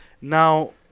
Now